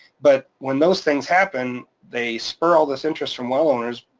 but when those things happen, they spur all this interest from well owners,